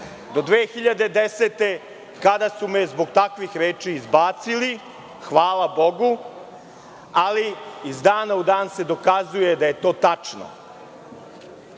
godine kada su me zbog takvih reči izbacili, hvala Bogu, ali iz dana u dan se dokazuje da je to tačno.